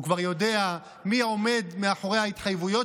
הוא כבר יודע מי עומד מאחורי ההתחייבויות